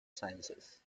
sciences